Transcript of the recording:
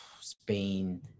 Spain